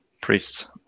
priests